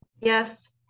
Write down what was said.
Yes